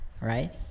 right